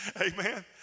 Amen